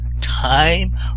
time